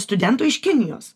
studentų iš kinijos